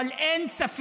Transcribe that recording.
אז תודה